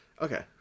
Okay